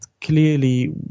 clearly